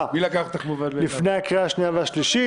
ויוקדם בהן הדיון לפני הקריאה השנייה והשלישית.